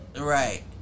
right